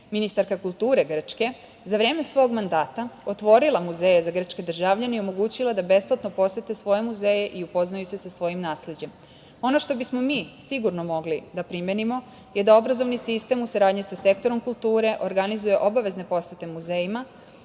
ministarka kulture Grčke, za vreme svog mandata otvorila muzeje za grčke državljane i omogućila da besplatno posete svoje muzeje i upoznaju se sa svojim nasleđem. Ono što bi smo mi sigurno mogli da primenimo je da obrazovni sistem u saradnji sa sektorom kulture organizuje obavezne posete muzejima